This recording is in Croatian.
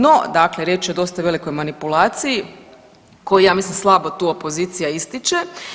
No, dakle riječ je o dosta velikoj manipulaciji, koja ja mislim slabu tu opozicija ističe.